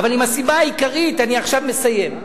עם הסיבה העיקרית אני מסיים.